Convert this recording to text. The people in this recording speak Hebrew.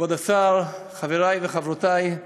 כבוד השר, חברי וחברותי,